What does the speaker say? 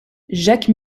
jacques